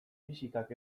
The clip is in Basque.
fisikak